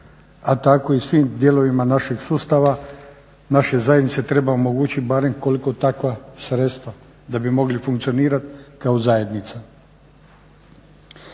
a tako i svim dijelovima našeg sustava, naše zajednice, treba omogućiti barem koliko takva sredstva da bi mogli funkcionirati kao zajednica.